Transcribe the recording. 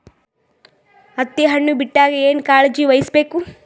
ಹತ್ತಿ ಹಣ್ಣು ಬಿಟ್ಟಾಗ ಏನ ಕಾಳಜಿ ವಹಿಸ ಬೇಕು?